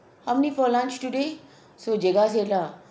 how many for lunch today so jagas said lah